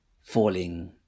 falling